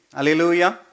Hallelujah